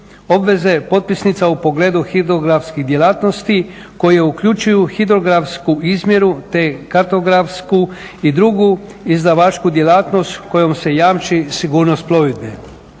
obveze potpisnica u pogledu hidrografskih djelatnosti koje uključuju hidrografsku izmjeru te kartografsku i drugu izdavačku djelatnost kojom se jamči sigurnost plovidbe.